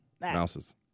Mouses